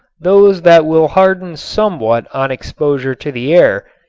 those that will harden somewhat on exposure to the air,